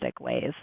ways